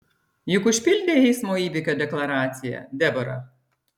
juk užpildei eismo įvykio deklaraciją debora